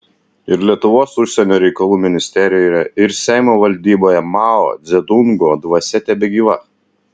ir lietuvos užsienio reikalų ministerijoje ir seimo valdyboje mao dzedungo dvasia tebegyva